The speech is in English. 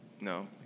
No